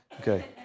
Okay